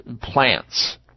plants